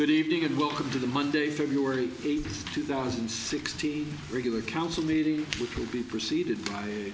good evening and welcome to the monday february eighth two thousand and sixteen regular council meeting which will be preceded